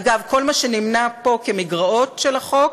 אגב, כל מה שנמנה פה כמגרעות של החוק,